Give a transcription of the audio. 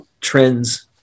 trends